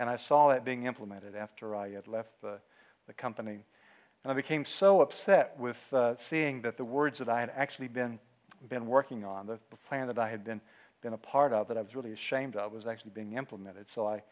and i saw it being implemented after i had left the company and i became so upset with seeing that the words that i had actually been been working on the planet i had been been a part of that i was really ashamed i was actually being implemented so i